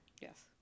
yes